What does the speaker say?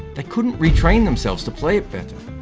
they couldn't retrain themselves to play it better.